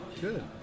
good